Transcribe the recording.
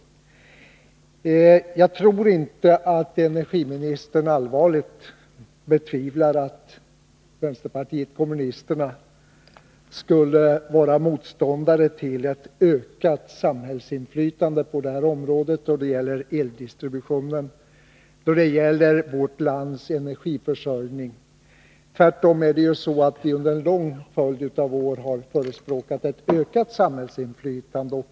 Jag tror inte att energiministern allvarligt menar att vänsterpartiet kommunisterna skulle vara motståndare till ett ökat samhällsinflytande på detta område då det gäller eldistributionen och vårt lands energiförsörjning. Tvärtom har vi under en lång följd av år förespråkat ett ökat samhällsinflytande.